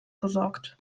gesorgt